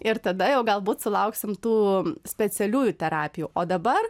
ir tada jau galbūt sulauksim tų specialiųjų terapijų o dabar